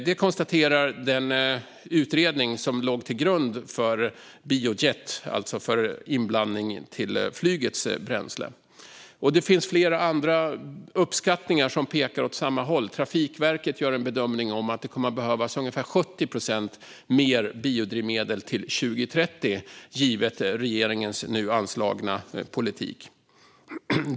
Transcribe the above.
Detta konstaterade den utredning som låg till grund för biojet, alltså för inblandning i flygets bränsle. Det finns flera andra uppskattningar som pekar åt samma håll. Trafikverket gör bedömningen att det kommer att behövas ungefär 70 procent mer biodrivmedel till 2030 givet regeringens nu anslagna politik.